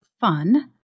fun